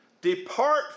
Depart